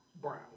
brown